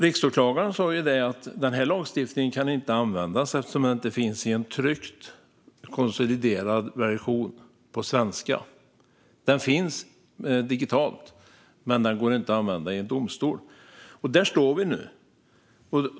Riksåklagaren sa att den här lagstiftningen inte kan användas eftersom den inte finns i en tryckt, konsoliderad version på svenska. Den finns digitalt, men den går inte att använda i en domstol. Där står vi nu.